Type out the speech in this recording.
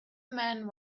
man